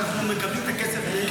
שאנחנו מקבלים את הכסף ממנו,